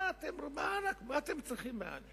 מה אתם צריכים?